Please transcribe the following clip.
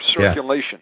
circulation